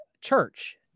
church